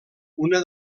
una